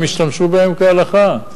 הם השתמשו בהם כהלכה.